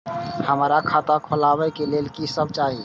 हमरा खाता खोलावे के लेल की सब चाही?